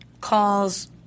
calls